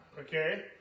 okay